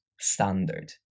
standard